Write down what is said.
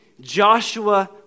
Joshua